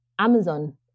Amazon